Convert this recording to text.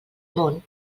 món